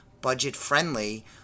budget-friendly